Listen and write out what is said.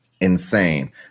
insane